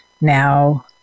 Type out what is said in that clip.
Now